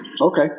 Okay